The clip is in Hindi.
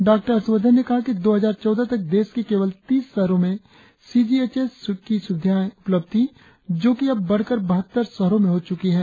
डॉ हर्षवर्धन ने कहा कि दो हजार चौदह तक देश के केवल तीस शहरों में सी जी एच एस की सुविधाए उपलब्ध थी जों अब बढ़कर बहत्तर शहरों में हो चूकी है